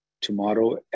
tomorrow